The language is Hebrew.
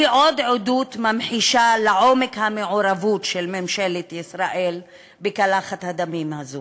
היא עוד עדות ממחישה לעומק המעורבות של ממשלת ישראל בקלחת הדמים הזו.